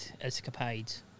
escapades